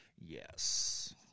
Yes